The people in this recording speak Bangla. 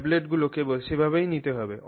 ট্যাবলেটগুলি কেবল সেভাবেই নিতে হবে